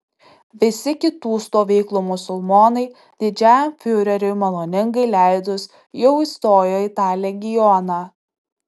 visi kitų stovyklų musulmonai didžiajam fiureriui maloningai leidus jau įstojo į tą legioną